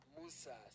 musa